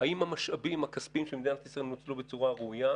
האם המשאבים הכספיים של מדינת ישראל נוצלו בצורה ראויה,